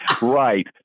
right